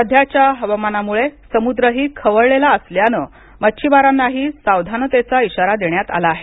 सध्याच्या हवामानामुळे समुद्रही खवळलेला असल्यानं मच्छीमारांनाही सावधानतेचा इशारा देण्यात आला आहे